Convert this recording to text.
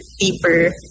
deeper